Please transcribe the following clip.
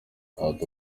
ati